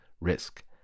risk